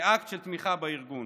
כאקט של תמיכה בארגון.